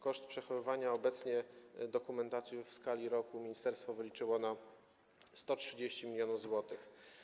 Koszt przechowywania obecnie dokumentacji w skali roku ministerstwo wyliczyło na 130 mln zł.